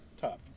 tough